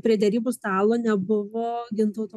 prie derybų stalo nebuvo gintauto